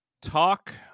talk